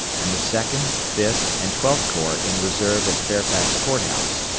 and the second, fifth, and twelfth corps in reserve at fairfax court house.